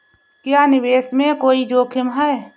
क्या निवेश में कोई जोखिम है?